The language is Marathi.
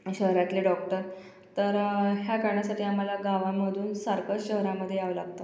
शहरातले डॉक्टर तर ह्या कारणासाठी आम्हाला गावामधून सारखं शहरामध्ये यावं लागतं